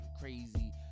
crazy